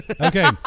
Okay